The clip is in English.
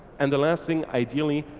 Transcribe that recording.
and the last thing ideally,